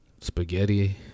Spaghetti